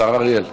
השר אריאל.